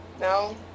no